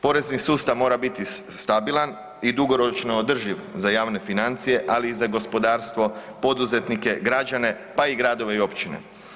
Porezni sustav mora biti stabilan i dugoročno održiv za javne financije, ali i za gospodarstvo, poduzetnike, građane, pa i gradove i općine.